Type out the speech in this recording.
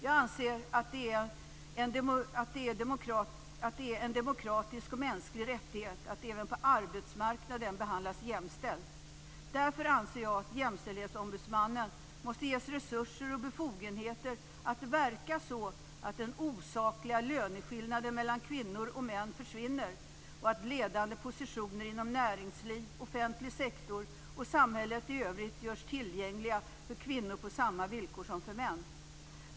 Jag anser att det är en demokratisk och mänsklig rättighet att även på arbetsmarknaden behandlas jämställt. Därför anser jag att Jämställdhetsombudsmannen måste ges resurser och befogenheter att verka för att den osakliga löneskillnaden mellan kvinnor och män försvinner och för att ledande positioner inom näringsliv, offentlig sektor och samhället i övrigt görs tillgängliga för kvinnor på samma villkor som för män.